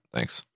Thanks